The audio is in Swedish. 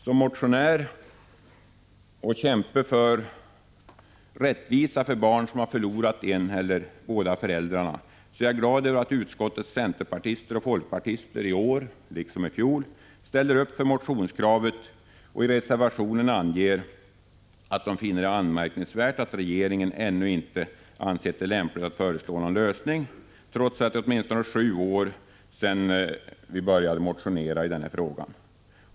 Som motionär och kämpe för rättvisa för barn som har förlorat en eller båda föräldrarna är jag glad över att utskottets centerpartister och folkpartister i år — liksom i fjol — ställer upp för motionskravet och i reservationen anger att de finner det anmärkningsvärt att regeringen ännu inte ansett det lämpligt att föreslå någon lösning, trots att det är åtminstone sju år sedan det började motioneras i denna fråga.